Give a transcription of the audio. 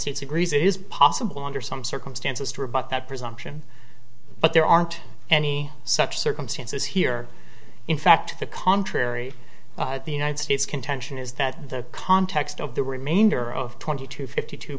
states agrees it is possible under some circumstances to rebut that presumption but there aren't any such circumstances here in fact the contrary the united states contention is that the context of the remainder of twenty two fifty t